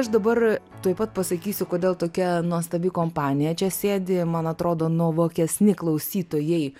aš dabar tuoj pat pasakysiu kodėl tokia nuostabi kompanija čia sėdi man atrodo nuovokesni klausytojai